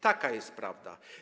Taka jest prawda.